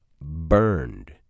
burned